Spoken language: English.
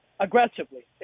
aggressively